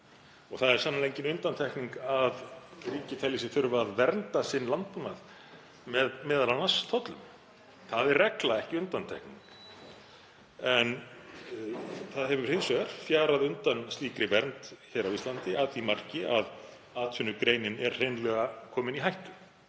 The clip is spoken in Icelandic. í. Það er sannarlega engin undantekning að ríkið telji sig þurfa að vernda sinn landbúnað með m.a. tollum. Það er regla, ekki undantekning. Það hefur hins vegar fjarað undan slíkri vernd hér á Íslandi að því marki að atvinnugreinin er hreinlega komin í hættu